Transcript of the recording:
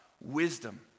wisdom